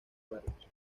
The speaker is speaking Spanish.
barcos